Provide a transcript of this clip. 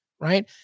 right